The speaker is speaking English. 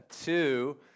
Two